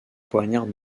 poignarde